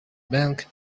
bank